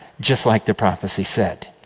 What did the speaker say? just like the prophecy said.